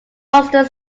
buster